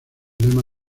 lema